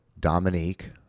Dominique